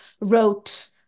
wrote